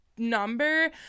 number